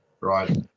right